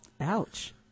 Ouch